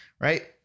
right